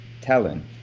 talent